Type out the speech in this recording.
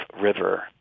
river